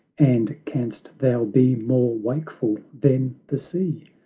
and canst thou be more wakeful than the sea?